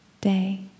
day